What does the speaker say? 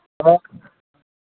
तऽ